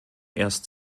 erst